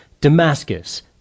Damascus